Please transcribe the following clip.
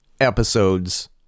episodes